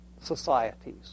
societies